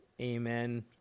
Amen